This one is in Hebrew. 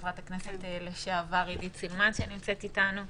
חברת הכנסת לשעבר עידית סילמן שנמצאת איתנו.